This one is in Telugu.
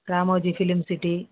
రామోజీ ఫిలిం సిటీ